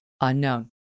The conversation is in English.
unknown